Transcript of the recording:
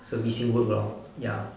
servicing work lor ya